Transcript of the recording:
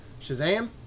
Shazam